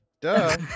Duh